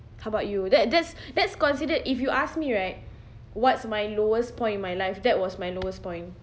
how about you that that's that's considered if you ask me right what's my lowest point in my life that was my lowest point